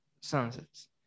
sunsets